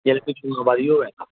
जेल्लै पिच्छूं आवा दी होऐ